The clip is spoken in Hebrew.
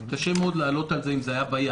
קשה מאוד לעלות על זה אם זה היה בים.